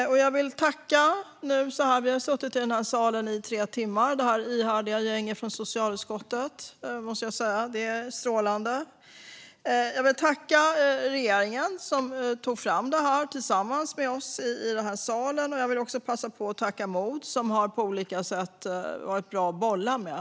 Det här ihärdiga gänget från socialutskottet har nu suttit i den här salen i tre timmar - det är strålande, måste jag säga. Jag vill tacka regeringen, som tog fram det här tillsammans med oss i den här salen. Jag vill också passa på att tacka MOD, som på olika sätt har varit bra att bolla med.